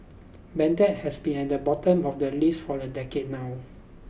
Baghdad has been at the bottom of the list for a decade now